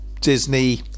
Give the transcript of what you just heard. Disney